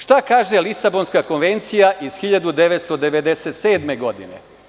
Šta kaže Lisabonska konvencija iz 1997. godine?